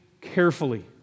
carefully